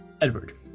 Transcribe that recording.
Edward